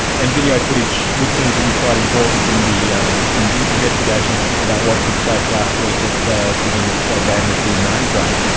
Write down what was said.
and video footage would seem to be quite important in the um in the investigation about what took place last week at sydney's gay and lesbian mardi gras.